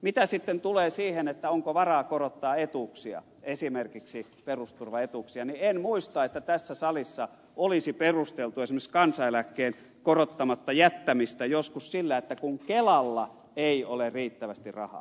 mitä tulee siihen onko varaa korottaa etuuksia esimerkiksi perusturvaetuuksia niin en muista että tässä salissa olisi perusteltu esimerkiksi kansaneläkkeen korottamatta jättämistä joskus sillä että kelalla ei ole riittävästi rahaa